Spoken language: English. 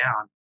down